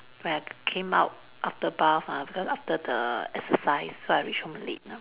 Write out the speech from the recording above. when I came out after bath ah because after the exercise so I reach home late